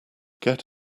get